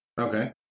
Okay